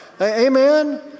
Amen